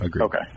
Okay